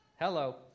Hello